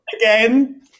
again